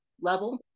level